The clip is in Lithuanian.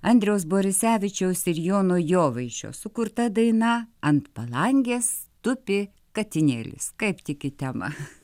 andriaus borisevičiaus ir jono jovaišio sukurta daina ant palangės tupi katinėlis kaip tik į temą